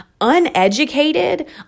uneducated